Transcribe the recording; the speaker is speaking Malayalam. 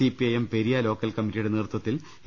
C P I M Periya local കമ്മിറ്റിയുടെ നേതൃത്വത്തിൽ എ